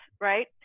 Right